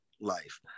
life